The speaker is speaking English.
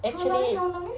how long eh how long eh